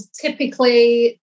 typically